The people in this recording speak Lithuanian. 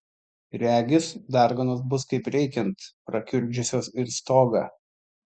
regis darganos bus kaip reikiant prakiurdžiusios ir stogą